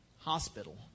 hospital